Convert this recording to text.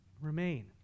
remain